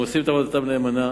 עבודתם נאמנה